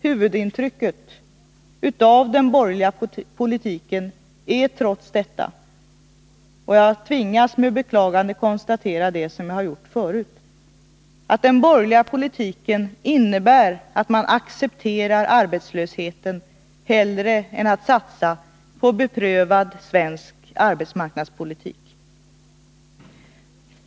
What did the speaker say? Huvudintrycket av den borgerliga politiken är dock — det tvingas jag med beklagande konstatera — att den innebär att man accepterar arbetslöshet hellre än satsar på beprövad svensk arbetsmarknadspolitik.